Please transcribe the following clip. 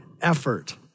effort